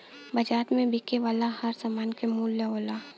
बाज़ार में बिके वाला हर सामान क मूल्य होला